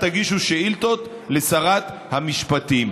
תגישו שאילתות לשרת המשפטים.